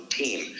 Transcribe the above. team